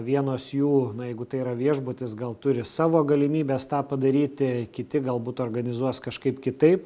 vienos jų na jeigu tai yra viešbutis gal turi savo galimybes tą padaryti kiti galbūt organizuos kažkaip kitaip